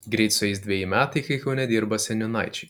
greit sueis dveji metai kai kaune dirba seniūnaičiai